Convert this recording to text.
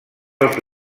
els